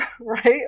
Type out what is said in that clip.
right